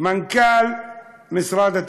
מנכ"ל משרד התקשורת,